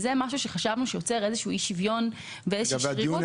זה מצב שיוצר אי שוויון ואיזושהי שרירות.